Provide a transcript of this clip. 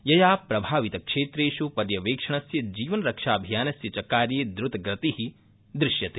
यया प्रभावितक्षेत्रेष् पर्यवेक्षणस्य जीवनरक्षाभियानस्य च कार्ये द्रतगति दृश्यते